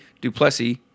Duplessis